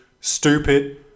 stupid